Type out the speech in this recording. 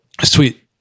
Sweet